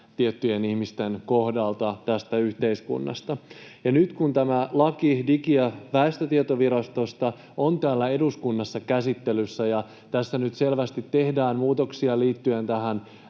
tiettyjen ihmisten kohdalta tästä yhteiskunnasta. Ja nyt kun tämä laki Digi‑ ja väestötietovirastosta on täällä eduskunnassa käsittelyssä ja tässä nyt selvästi tehdään muutoksia liittyen näihin